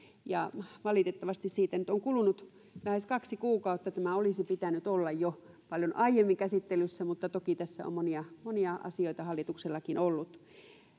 valitettavasti siitä on kulunut nyt lähes kaksi kuukautta tämän olisi pitänyt olla jo paljon aiemmin käsittelyssä mutta toki tässä on monia monia asioita hallituksellakin ollut